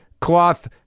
cloth